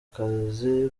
kazi